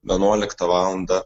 vienuoliktą valandą